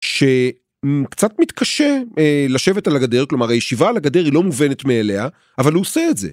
שקצת מתקשה לשבת על הגדר, כלומר הישיבה על הגדר היא לא מובנת מאליה, אבל הוא עושה את זה.